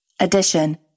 Addition